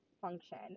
function